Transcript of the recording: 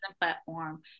platform